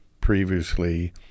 previously